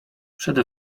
przede